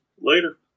Later